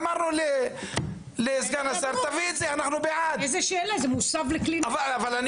אמרנו לסגן השר, תביא את זה, אנחנו בעד.